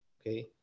okay